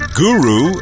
guru